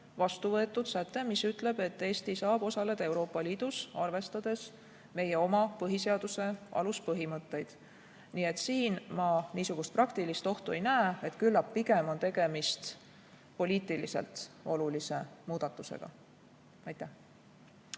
vastu võetud säte, mis ütleb, et Eesti saab osaleda Euroopa Liidus, arvestades meie oma põhiseaduse aluspõhimõtteid. Nii et siin ma niisugust praktilist ohtu ei näe, küllap on tegemist poliitiliselt olulise muudatusega. Suur